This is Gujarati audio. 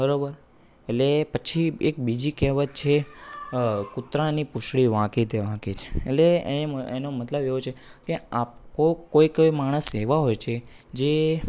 બરાબર એટલે પછી એક બીજી કહેવત છે કૂતરાંની પૂંછડી વાંકી તે વાંકી છે એટલે એમ એનો મતલબ એવો છે કે આ કોઈક કોઈ કોઈ માણસ એવા હોય છે જે